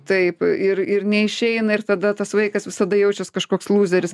taip ir ir neišeina ir tada tas vaikas visada jaučias kažkoks lūzeris